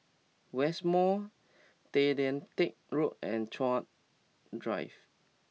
West Mall Tay Lian Teck Road and Chuan Drive